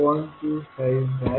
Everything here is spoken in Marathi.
125Wआहे